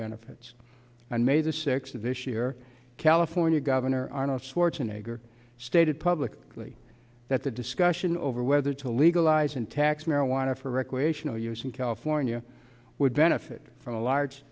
benefits and may the sixth of this year california governor arnold schwarzenegger stated publicly that the discussion over whether to legalize and tax marijuana for recreational use in california would benefit from a large